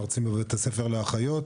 מרצים בבתי ספר לאחיות.